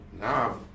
Now